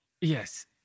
Yes